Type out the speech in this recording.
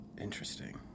Interesting